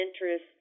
interest